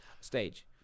stage